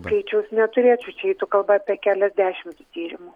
skaičiaus neturėčiau čia eitų kalba apie keliasdešimt tyrimų